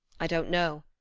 i don't know.